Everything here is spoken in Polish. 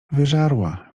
wyżarła